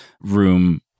room